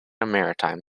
maritime